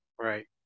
right